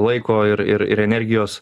laiko ir ir ir energijos